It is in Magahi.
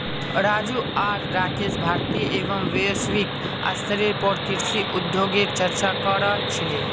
राजू आर राकेश भारतीय एवं वैश्विक स्तरेर पर कृषि उद्योगगेर चर्चा क र छीले